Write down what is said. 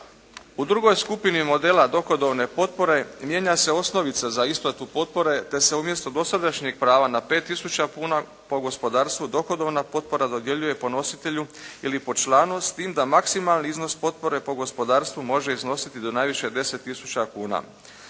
U drugoj skupini modela dohodovne potpore mijenja se osnovica za isplatu potpore te se umjesto dosadašnjeg prava na 5 tisuća kuna po gospodarstvu dohodovna potpora dodjeljuje podnositelju ili po članu s time da maksimalni iznos potpore po gospodarstvu može iznositi do najviše 10 tisuća kuna.